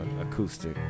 acoustic